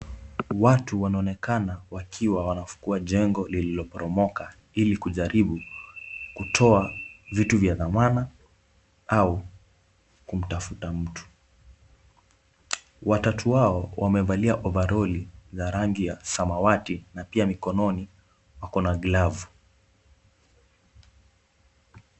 Watu wanaonekana wakiwa wanafukia jengo lililoporomoka ili kujaribu kutoa vitu vya dhamana au kumtafuta mtu. Watatu hao wamevalia ovaroli za rangi ya samawati na pia mikononi wako na glavu.